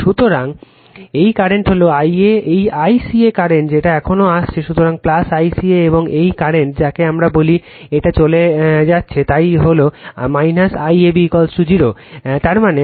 সুতরাং এই কারেন্ট হল I a এই ICA কারেন্ট এটা এখানেও আসছে সুতরাং ICA এবং এই কারেন্ট যাকে আমরা বলি এটা চলে যাচ্ছে তাই হল IAB 0 তার মানে আমার Ia IAB ICA